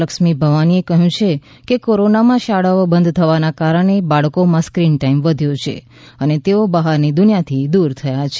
લક્ષ્મી ભવાનીએ કહ્યું છે કે કોરોનામાં શાળાઓ બંધ થવાને કારણે બાળકોમાં સ્ક્રીન ટાઇમ વધ્યો છે અને તેઓ બહારની દુનિયાથી દૂર થયા છે